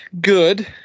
Good